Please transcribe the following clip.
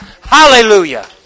Hallelujah